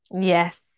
Yes